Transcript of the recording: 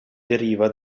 deriva